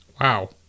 Wow